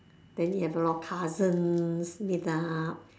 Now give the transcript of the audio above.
then you have a lot of cousins meet up